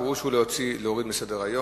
הפירוש הוא להוריד מסדר-היום.